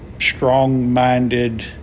strong-minded